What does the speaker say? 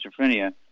schizophrenia